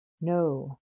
no